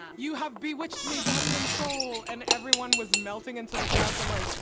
you have bewitched me, body and soul. and everyone was melting into the couch. i'm like,